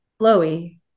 Flowy